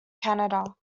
canada